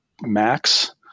max